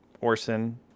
Orson